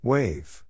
Wave